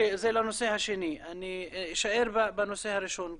אני אשאר בנושא הראשון.